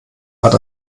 hat